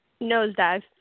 Nosedive